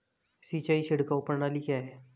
सिंचाई छिड़काव प्रणाली क्या है?